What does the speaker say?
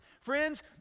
Friends